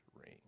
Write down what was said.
ring